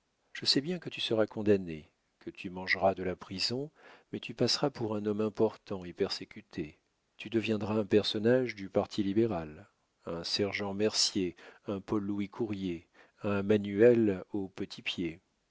je sais bien que tu seras condamné que tu mangeras de la prison mais tu passeras pour un homme important et persécuté tu deviendras un personnage du parti libéral un sergent mercier un paul louis courier un manuel au petit pied